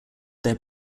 their